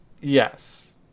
Yes